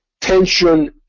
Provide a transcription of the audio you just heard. tension